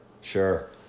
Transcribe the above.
Sure